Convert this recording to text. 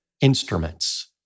instruments